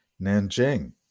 Nanjing